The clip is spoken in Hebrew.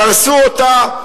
דרסו אותה.